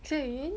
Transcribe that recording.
say again